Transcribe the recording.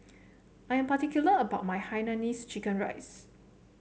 I'm particular about my Hainanese Chicken Rice